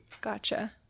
Gotcha